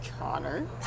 Connor